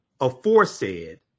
aforesaid